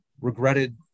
regretted